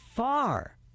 far